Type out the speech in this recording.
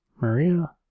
Maria